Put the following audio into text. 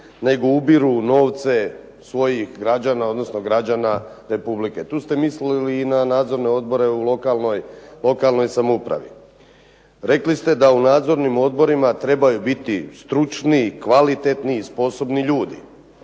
nego ubiru novce svojih građana odnosno građana Republike. Tu ste mislili i na nadzorne odbore u lokalnoj samoupravi. Rekli ste da u nadzornim odborima trebaju biti stručni, kvalitetni, sposobni ljudi.